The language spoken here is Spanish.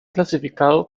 clasificado